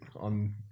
on